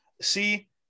See